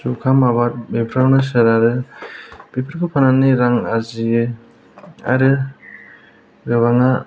जुखाम आबाद बेफोरावनो सोनारो बेफोरखौ फाननानै रां आरजियो आरो गोबाङा